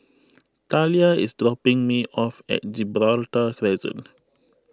Talia is dropping me off at Gibraltar Crescent